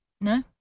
No